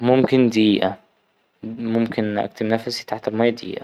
ممكن دقيقة ممكن أكتم نفسي تحت المايه دقيقة.